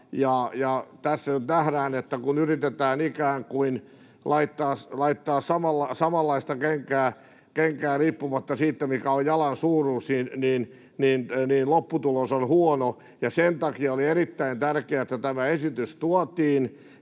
ja tässä nyt nähdään, että kun yritetään ikään kuin laittaa samanlaista kenkää riippumatta siitä, mikä on jalan suuruus, niin lopputulos on huono. Sen takia oli erittäin tärkeää, että tämä esitys tuotiin